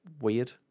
weird